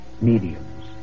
mediums